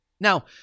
Now